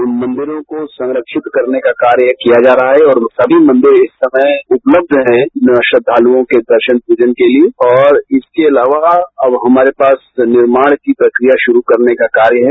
उन मंदिरों को संरक्षित करने का कार्य किया जा रहा है और सभी मंदिर इस समय उपलब्ध है श्रद्धाल्ओं के दर्शन प्रजन के लिये और इसके अलावा अब हमारे पास निर्माण की प्रक्रिया शुरू करने का कार्य है